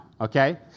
Okay